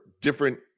different